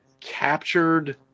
captured